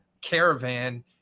caravan